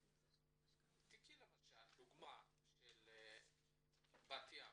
קחי למשל את הדוגמה של בת ים,